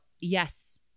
yes